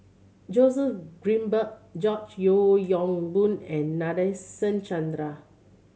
Joseph Grimberg George Yeo Yong Boon and Nadasen Chandra